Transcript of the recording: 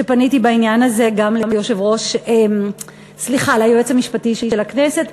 שפניתי בעניין הזה גם ליועץ המשפטי של הכנסת,